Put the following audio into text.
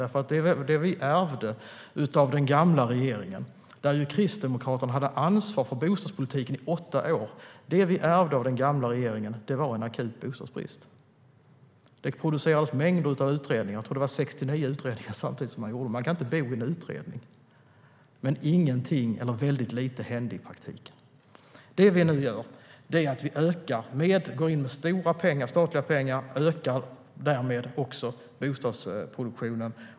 Det vi ärvde av den gamla regeringen, där Kristdemokraterna hade ansvar för bostadspolitiken i åtta år, var en akut bostadsbrist. Det producerades mängder av utredningar; jag tror att det var 69 stycken. Men man kan inte bo i en utredning. Ingenting eller väldigt lite hände i praktiken. Det vi nu gör är att gå in med stora statliga pengar och därmed också öka bostadsproduktionen.